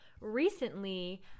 recently